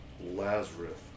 lazarus